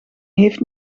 heeft